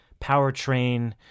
powertrain